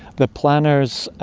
the planners